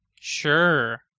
Sure